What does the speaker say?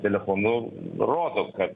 telefonu rodo kad